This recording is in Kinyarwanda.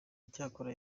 icyakora